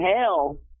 hell